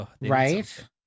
Right